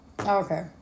Okay